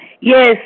Yes